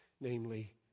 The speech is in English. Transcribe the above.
namely